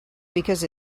because